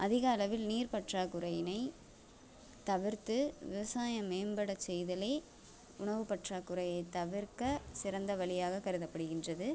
அதிக அளவில் நீர் பற்றாக்குறையினை தவிர்த்து விவசாயம் மேம்பட செய்தலே உணவு பற்றாக்குறையை தவிர்க்க சிறந்த வழியாக கருதப்படுகின்றது